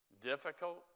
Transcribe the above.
Difficult